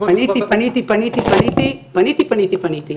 פניתי פניתי פניתי פניתי פניתי פניתי,